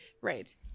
Right